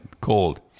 cold